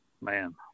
Man